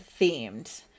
themed